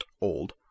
old